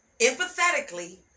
empathetically